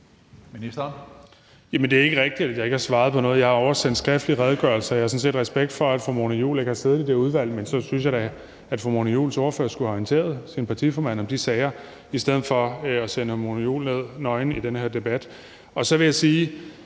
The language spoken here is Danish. er ikke rigtigt, at jeg ikke har svaret på noget. Jeg har også sendt skriftlige redegørelser. Jeg har sådan set respekt for, at fru Mona Juul ikke har siddet i det udvalg, men så synes jeg da, at fru Mona Juuls ordfører skulle have orienteret sin partiformand om de sager i stedet for at sende fru Mona Juul nøgen ned til den her debat. Og så vil jeg sige,